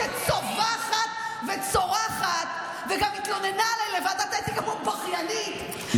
שצווחת וצורחת וגם התלוננה עליי לוועדת האתיקה כמו בכיינית,